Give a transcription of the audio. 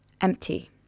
Empty